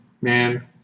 man